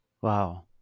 wow